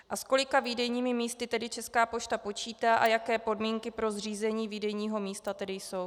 A s kolika výdejními místy Česká pošta počítá a jaké podmínky pro zřízení výdejního místa tedy jsou?